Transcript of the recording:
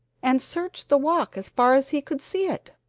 and searched the walk as far as he could see it,